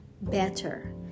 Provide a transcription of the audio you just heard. better